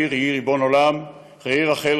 ראי / ראי ריבון עולם / ראי רחל,